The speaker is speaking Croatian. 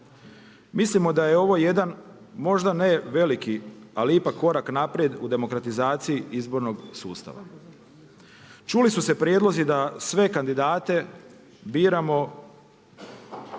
Mislimo da je ovo jedan možda ne veliki, ali ipak korak naprijed u demokratizaciji izbornog sustava. Čuli su se prijedlozi da sve kandidate biramo